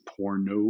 porno